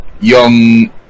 young